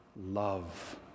love